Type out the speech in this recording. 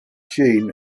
jean